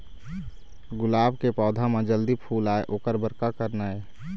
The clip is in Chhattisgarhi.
गुलाब के पौधा म जल्दी फूल आय ओकर बर का करना ये?